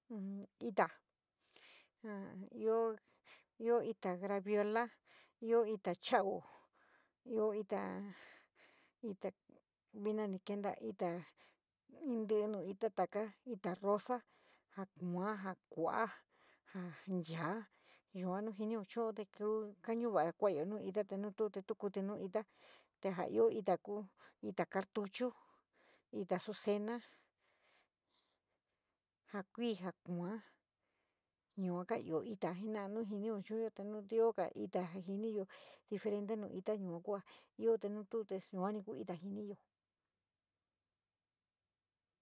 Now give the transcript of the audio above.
Ita, ja io ita gravíela, ío ita cha´au, ío ita, ita viná nu. Keíto ita ritíí; ita rosa, ja kasaoy, ío kuaya, ja nehaa yuá ímino chuwa te kin, ío vola kualayo nííto nu tuo te tú kufíí nuu ita, te joao ío ítar ko íta kuíi. Chu, íta sucena, ja kuí, ja kuaya, yuóo ba íta nu sino chubuyo íno ioga ita íyo jiniyo diferente no ita yua kua te no tú yuani ku ja jiniyo.